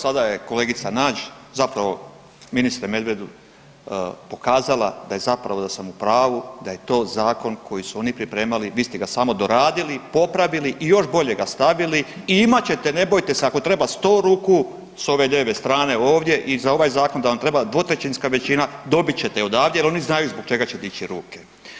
Evo sada je kolegica Nađ zapravo ministre Medvedu pokazala da je, zapravo da sam u pravu, da je to zakon koji su oni pripremali, vi ste ga samo doradili, popravili i još bolje ga stavili i imat ćete ne bojte se ako treba 100 ruku s ove lijeve strane ovdje i za ovaj zakon da vam treba 2/3 većina dobit ćete je odavde jer oni znaju zbog čega će dići ruke.